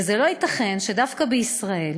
וזה לא ייתכן שדווקא בישראל